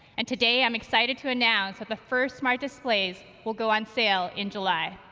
and today i'm excited to announce that the first smart displays will go on sale in july.